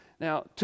Now